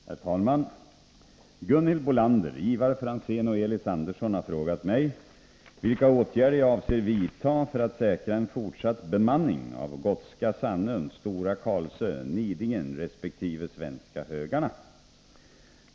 Herr talman! Gunhild Bolander, Ivar Franzén och Elis Andersson har frågat mig vilka åtgärder jag avser vidta för att säkra en fortsatt bemanning av Gotska Sandön, Stora Karlsö, Nidingen resp. Svenska Högarna.